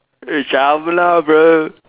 eh shyamala bro